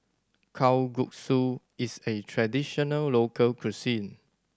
kalguksu is a traditional local cuisine